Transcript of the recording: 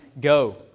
go